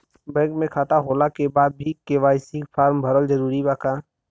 Bank में खाता होला के बाद भी के.वाइ.सी फार्म भरल जरूरी बा का?